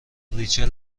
ریچل